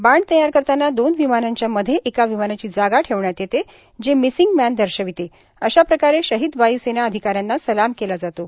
बाण तयार करताना दोन विमानांच्या मध्ये एका विमानाची जागा ठेवण्यात येते जे मिसिंग मॅन दर्शविते अशा प्रकारे शहीद वाय्सेना अधिकाऱ्यांना सलाम केला जातो